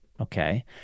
Okay